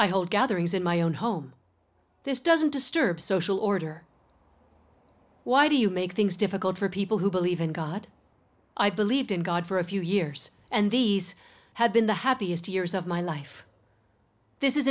i hold gatherings in my own home this doesn't disturb social order why do you make things difficult for people who believe in god i believed in god for a few years and these have been the happiest years of my life this is